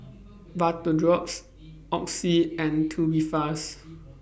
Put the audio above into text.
Vapodrops Oxy and Tubifast